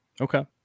okay